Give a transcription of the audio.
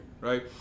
Right